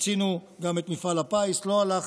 רצינו גם את מפעל הפיס, לא הלך.